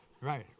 Right